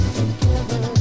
together